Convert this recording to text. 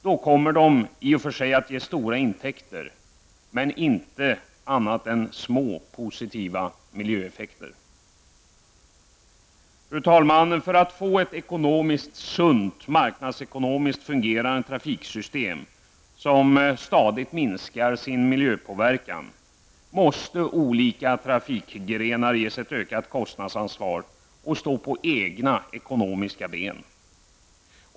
Då kommer de i och för sig att ge stora intäkter, men inte annat än små positiva miljöeffekter. Fru talman! För att få ett ekonomiskt sunt, marknadsekonomiskt fungerande trafiksystem som stadigt minskar sin miljöpåverkan, måste olika trafikgrenar ges ett ökat kostnadsansvar och stå på egna ekonomiska ben.